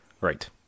Right